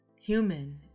human